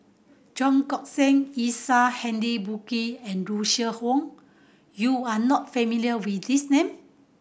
Cheong Koon Seng Isaac Henry Burkill and Russel Wong you are not familiar with these name